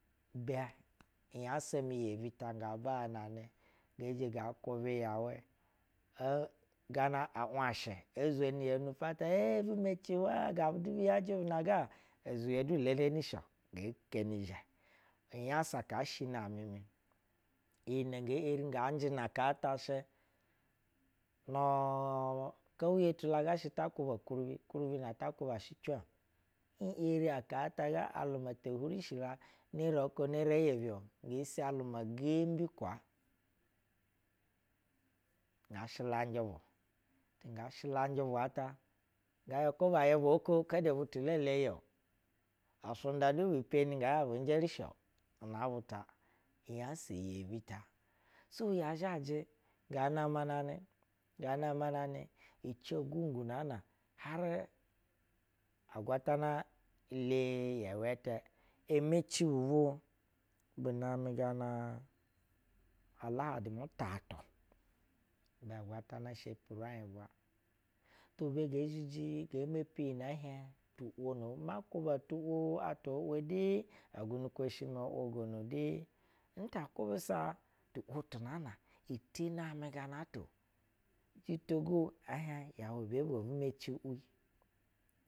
Hia unyasa mi yebi ta ga ngaa namɛ ngee zhɛ nga kwubɛ yɛu eh gana a washɛ ezweniya nu apata eh bu meci ya nai gabu du bu yajɛ unaga ezuye kaa shini amɛ mi. iyi nɛ ngee eri ngaa na aka ta shv nu-u-u-u kouye tu lati zhazhɛ ta kwuba kuribi, ukuribi na ta kuba shɛ ti eri aka ta la alum ate huru shi neira ko, neira yebi-o. ngoo so aluma gembi nga shɛlanjɛ bu. Ti nga shɛlanjɛ bua ta ngɛ hiɛb ko bay a bwoko kede butu be elele yɛ-o us nda du bee peni ngɛɛ hiɛb bu n jerishi una buta unyasa mi yebi ta sai ya zhajɛ yanamɛ namɛ ya namɛ namɛ ici ogungu naa na har agwatana ti ile yɛu ɛtɛ emeci bub wo namɛ gana aladi atatu agwatana shepi urah bwa. iyɛ gee zhiji gee mepi iyi nɛ ɛhiɛb u’wo, ma kuba tu, wo atwa o’wogono du. Nta kwubasatu’ wo tun aa na tit ani amɛ ganata-o jita go ehiɛh yɛu be ge meci wi